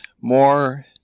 more